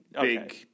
big